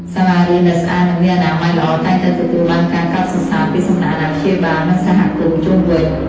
សាលារៀនដែលស្អាតនិងមានអនាម័យល្អតែងតែទទួលបានការកោតសរសើរពីសំណាក់អាណាព្យាបាលនិងសហគមន៍ជុំវិញ។